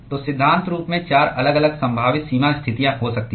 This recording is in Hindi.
तो सिद्धांत रूप में चार अलग अलग संभावित सीमा स्थितियां हो सकती हैं